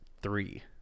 three